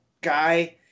guy